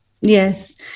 yes